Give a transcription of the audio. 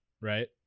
right